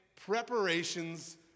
preparations